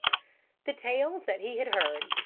the tales that he had heard,